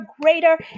greater